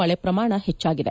ಮಳೆ ಪ್ರಮಾಣ ಹೆಚ್ಚಾಗಿದೆ